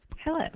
Hello